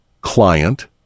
client